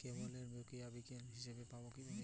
কেবলের বকেয়া বিলের হিসাব পাব কিভাবে?